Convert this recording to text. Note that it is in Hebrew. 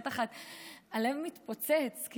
בטח הלב מתפוצץ,